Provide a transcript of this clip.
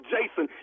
Jason